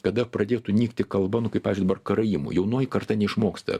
kada pradėtų nykti kalba nu kaip pavyzdžiui dabar karaimų jaunoji karta neišmoksta